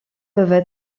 peuvent